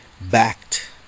backed